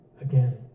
again